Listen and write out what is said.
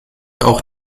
auch